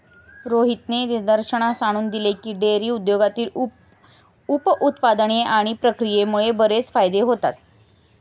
रोहितने निदर्शनास आणून दिले की, डेअरी उद्योगातील उप उत्पादने आणि प्रक्रियेमुळे बरेच फायदे होतात